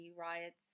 riots